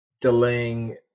delaying